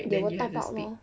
they will type out lor